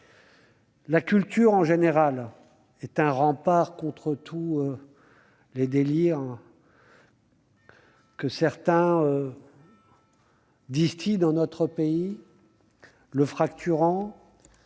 la culture est un rempart contre tous les délires que certains distillent dans notre pays, le fracturant,